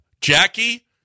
Jackie